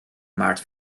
maart